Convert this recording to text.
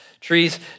Trees